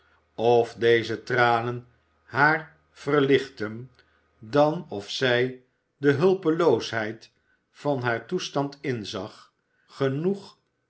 of deze tranen haar verlichtten dan of zij de hulpeloosheid van haar toestand inzag genoeg